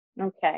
Okay